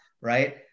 right